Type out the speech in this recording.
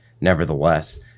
nevertheless